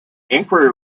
inquiry